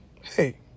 Hey